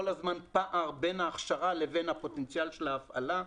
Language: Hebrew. הזמן פער בין ההכשרה לבין הפוטנציאל של ההפעלה.